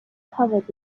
covered